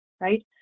Right